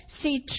See